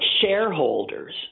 shareholders